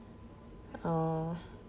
oh